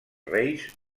reis